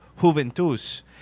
Juventus